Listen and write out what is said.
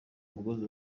umugozi